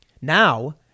Now